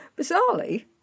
Bizarrely